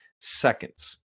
seconds